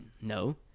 no